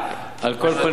על כל פנים,